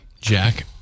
Jack